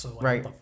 right